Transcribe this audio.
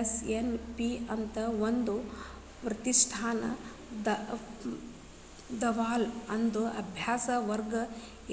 SNP ಅಂತ್ ಒಂದ್ ಪ್ರತಿಷ್ಠಾನ ಅದಲಾ ಅದು ಅಭ್ಯಾಸ ವರ್ಗ